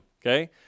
okay